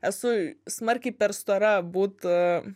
esu smarkiai per stora būt